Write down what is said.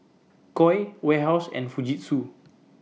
Koi Warehouse and Fujitsu